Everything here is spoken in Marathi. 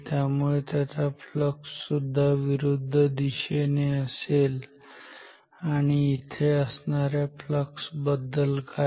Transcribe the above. त्यामुळे त्यांचा फ्लक्स सुद्धा विरुद्ध दिशेने असेल आणि इथे असणाऱ्या फ्लक्स बद्दल काय